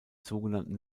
sogenannten